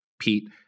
Pete